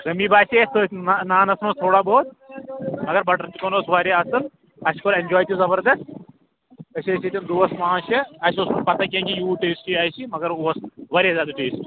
کٔمی باسے اَسہِ تٔتھۍ نانَس منٛز تھوڑا بہت مگر بَٹَر چِکَن اوس واریاہ اصٕل اَسہِ کوٚر ایٚنجاے تہِ زبردست أسۍ ٲسۍ ییٚتٮ۪ن دوس پانٛژھ شیٚے اَسہِ اوس نہٕ پَتہ کیٚنٛہہ کہ یوٗت ٹیسٹی آسہِ یہِ مگر اوس واریاہ زیادٕ ٹیسٹی